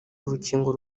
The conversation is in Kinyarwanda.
urukingo